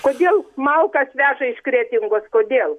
kodėl malkas veža iš kretingos kodėl